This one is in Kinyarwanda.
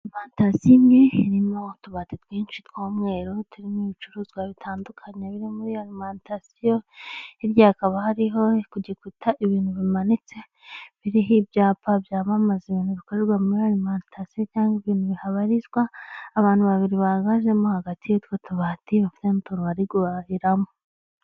Arimantasiyo imwe irimo utubati twinshi tw'umweru turimo ibicuruzwa bitandukanye biri muri iyo arimantasiyo, hirya hakaba hariho ku gikuta ibintu bimanitse, biriho ibyapa byamamaza ibintu bikorerwa muri arimantasiyo cyangwa ibintu bihabarizwa, abantu babiri bahagazemo hagati y'utwo tubati bafite n'utuntu bari guhahiramo.